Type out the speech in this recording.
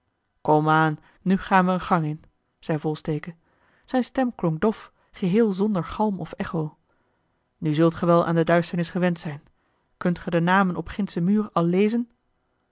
komaan nu gaan we eene gang in zei volsteke zijne stem klonk dof geheel zonder galm of echo nu zult ge wel aan de duisternis gewend zijn kunt ge de namen op gindschen muur al lezen